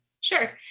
Sure